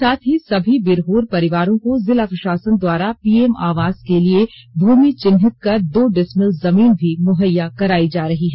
साथ ही सभी विरहोर परिवारों को जिला प्रशासन द्वारा पीएम आवास के लिए भूमि चिन्हित कर दो डिशमिल जमीन भी मुहैया करायी जा रही है